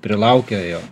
prilaukė jo